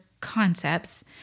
concepts